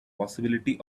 possibility